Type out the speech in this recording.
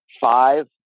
five